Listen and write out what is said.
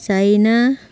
China